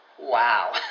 Wow